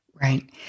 Right